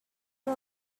the